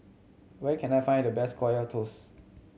where can I find the best Kaya Toast